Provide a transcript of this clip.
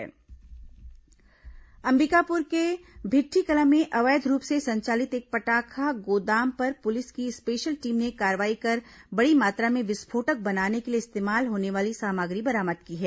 अवैध फटाखा बरामद अंबिकापुर के भिट्ठीकला में अवैध रूप से संचालित एक फटाखा गोदाम पर पुलिस की स्पेशल टीम ने कार्रवाई कर बड़ी मात्रा में विस्फोटक बनाने के लिए इस्तेमाल होने वाली सामग्री बरामद की है